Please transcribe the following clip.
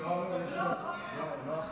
לא, לא אחרון.